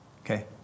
Okay